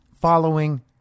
following